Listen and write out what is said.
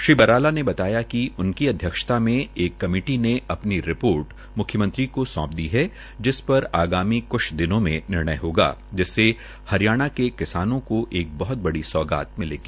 श्री बराला ने बतायािक उनकी अध्यक्षता मे एक कमेटी ने अपनी रिपोर्ट म्ख्यमंत्री को सौंप दी है जिस पर आगामी क्छ दिनों में निर्णय होगा जिससे हरियाणा के किसानों को एक बड़ी सौगात मिलेगी